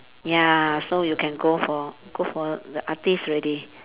ya so you can go for go for the artist already